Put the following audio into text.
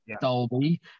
Dolby